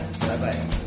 Bye-bye